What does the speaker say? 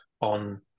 on